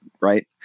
right